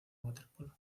waterpolo